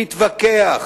נתווכח,